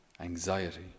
anxiety